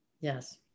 Yes